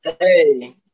Hey